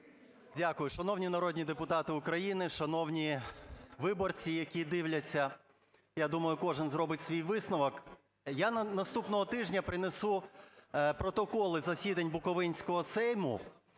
Дякую. Шановні народні депутати України, шановні виборці, які дивляться, я думаю, кожен зробить свій висновок. Я наступного тижня принесу протоколи засідань Буковинського сейму